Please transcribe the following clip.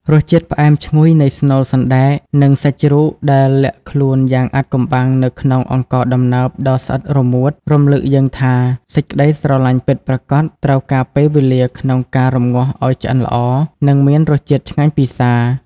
រសជាតិផ្អែមឈ្ងុយនៃស្នូលសណ្ដែក និងសាច់ជ្រូកដែលលាក់ខ្លួនយ៉ាងអាថ៌កំបាំងនៅក្នុងអង្ករដំណើបដ៏ស្អិតរមួត រំលឹកយើងថា សេចក្ដីស្រឡាញ់ពិតប្រាកដត្រូវការពេលវេលាក្នុងការរម្ងាស់ឱ្យឆ្អិនល្អ និងមានរសជាតិឆ្ងាញ់ពិសា។